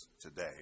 today